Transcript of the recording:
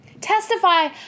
Testify